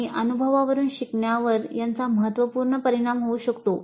आणि अनुभवावरून शिकण्यावर याचा महत्त्वपूर्ण परिणाम होऊ शकतो